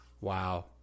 Wow